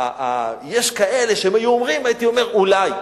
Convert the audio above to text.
יש כאלה שאם היו אומרים, הייתי אומר: אולי.